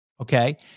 Okay